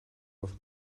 auf